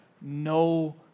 no